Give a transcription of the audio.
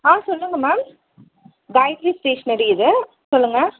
ஆ சொல்லுங்கள் ma'am Gayathri stationery இது சொல்லுங்கள்